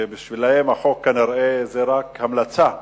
שבשבילם החוק הוא כנראה רק המלצה,